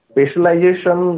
Specialization